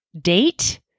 date